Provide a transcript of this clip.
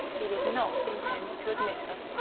he did not intend to admit her.